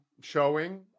showing